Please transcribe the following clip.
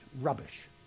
Rubbish